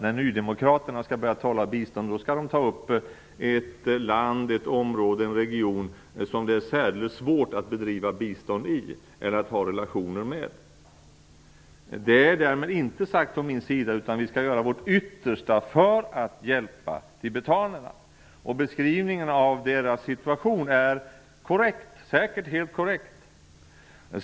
När nydemokraterna skall börja tala om bistånd tar de upp ett land, ett område eller en region som det är särskilt svårt att bedriva bistånd i eller att ha relationer till. Däremot skall vi naturligtvis göra vårt yttersta för att hjälpa tibetanerna. Beskrivningen av deras situation är säkert korrekt.